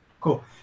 Cool